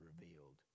revealed